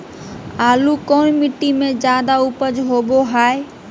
आलू कौन मिट्टी में जादा ऊपज होबो हाय?